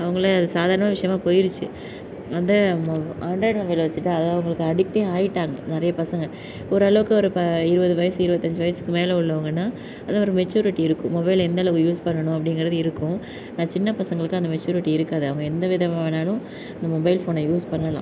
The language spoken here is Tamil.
அவங்கள்ள அது சாதாரண விஷயமா போய்டுச்சு அந்த ஆண்ட்ராய்ட் மொபைலில் வச்சுட்டா அது அவங்களுக்கு அடிக்டே ஆயிட்டாங்க நிறைய பசங்க ஒரு அளவுக்கு ஒரு இப்போ இருபது வயசு இருபத்தஞ்சி வயசுக்கு மேல் உள்ளவங்கனால் அது ஒரு மெச்சுரிட்டி இருக்கும் மொபைலில் எந்த அளவு யூஸ் பண்ணணும் அப்பிடிங்கிறது இருக்கும் ஆனால் சின்ன பசங்களுக்கு அந்த மெச்சுரிட்டி இருக்காது அவங்க எந்த விதமாக வேணாலும் அந்த மொபைல் ஃபோனை யூஸ் பண்ணலாம்